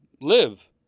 live